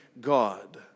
God